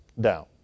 down